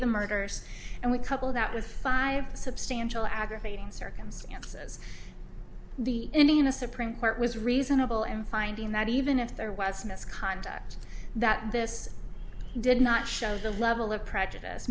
the murders and we coupled that with five substantial aggravating circumstances the any in a supreme court was reasonable and finding that even if there was misconduct that this did not show the level of prejudice